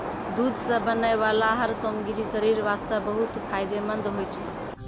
दूध सॅ बनै वाला हर सामग्री शरीर वास्तॅ बहुत फायदेमंंद होय छै